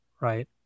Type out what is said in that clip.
Right